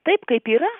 taip kaip yra